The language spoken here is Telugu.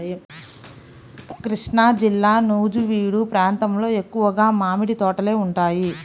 కృష్ణాజిల్లా నూజివీడు ప్రాంతంలో ఎక్కువగా మామిడి తోటలే ఉంటాయి